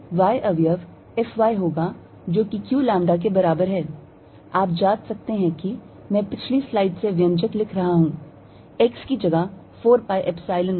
y अवयव F y होगा जो कि q lambda के बराबर है आप जांच सकते हैं कि मैं पिछली स्लाइड से व्यंजक लिख रहा हूं x की जगह 4 pi Epsilon 0